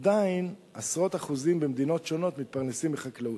עדיין עשרות אחוזים במדינות שונות מתפרנסים מחקלאות,